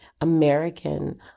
American